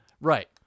Right